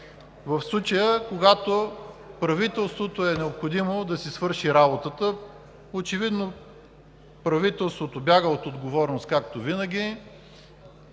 в случая, когато правителството е необходимо да си свърши работата? Очевидно правителството бяга от отговорност, както винаги.